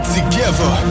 Together